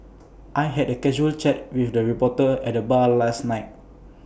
I had A casual chat with the reporter at the bar last night